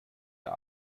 der